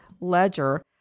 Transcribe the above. Ledger